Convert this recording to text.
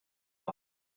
him